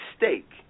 mistake